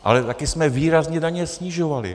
Ale také jsme výrazně daně snižovali.